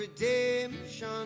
redemption